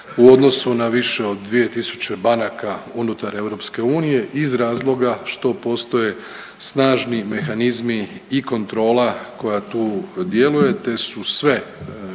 u odnosu na više od 2000 banaka unutar EU iz razloga što postoje snažni mehanizmi i kontrola koja tu djeluje, te su sve